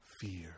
fear